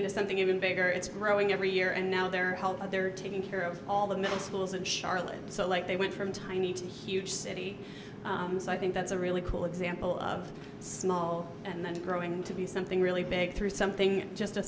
into something even bigger it's growing every year and now there are other taking care of all the middle schools and charlotte so like they went from tiny to huge city so i think that's a really cool example of small and growing to be something really big through something just a